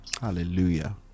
Hallelujah